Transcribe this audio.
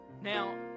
Now